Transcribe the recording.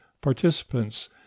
participants